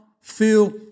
feel